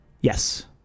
Yes